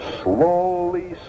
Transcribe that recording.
slowly